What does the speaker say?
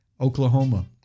Oklahoma